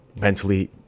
mentally